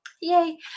Yay